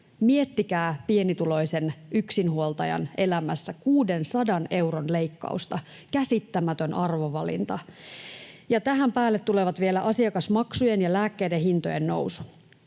Miettikää pienituloisen yksinhuoltajan elämässä 600 euron leikkausta — käsittämätön arvovalinta. Ja tähän päälle tulevat vielä asiakasmaksujen ja lääkkeiden hintojen nousu.